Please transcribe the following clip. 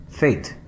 faith